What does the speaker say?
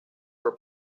were